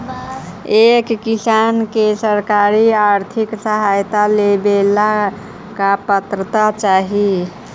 एक किसान के सरकारी आर्थिक सहायता लेवेला का पात्रता चाही?